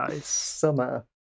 summer